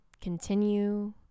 continue